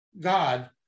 God